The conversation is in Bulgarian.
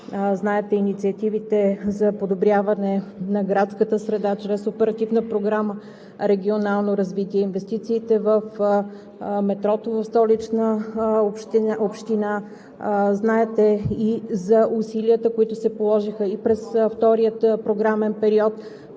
Знаете инициативите за подобряване на градската среда чрез Оперативна програма „Регионално развитие и инвестиции“ метрото в Столична община, знаете и за усилията, които се положиха и през втория програмен период,